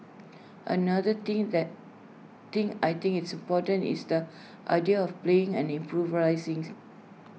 another thing that thing I think is important is the idea of playing and improvising